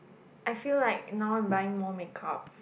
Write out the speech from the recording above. I feel like now I'm buying more makeup